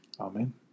Amen